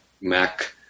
Mac